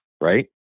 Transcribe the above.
right